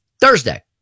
Thursday